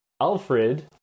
Alfred